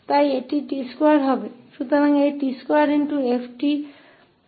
तो यह −𝑡 निकल जाएगा यानी t2 आने वाला है